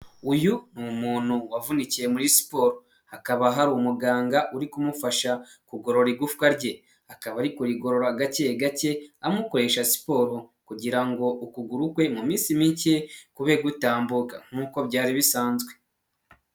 Uyu ni umuntu wavunikiye muri siporo. Hakaba hari umuganga uri kumufasha kugorora igufwa rye. Akaba ari kurigorora gake gake, amukoresha siporo, kugira ngo ukuguru kwe mu minsi mike kube gutambuka, nk'uko byari bisanzwe.